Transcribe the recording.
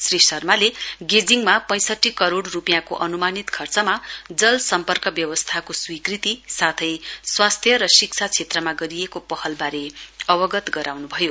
श्री शर्माले गेजिङमा पैंसठी करोड रूपियाँको अन्मानित खर्च जलसम्पर्क व्यवस्थाको स्वीकृति साथै स्वास्थ्य र शिक्षा क्षेत्रमा गरिएको पहलबारे अवगत गराउन् भयो